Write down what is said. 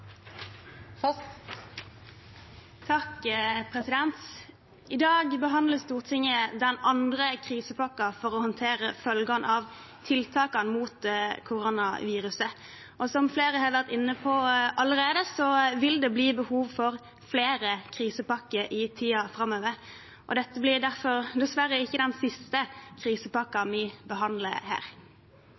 for å håndtere følgene av tiltakene mot koronaviruset. Som flere har vært inne på allerede, vil det bli behov for flere krisepakker i tiden framover, og dette blir derfor dessverre ikke den siste krisepakken vi behandler her.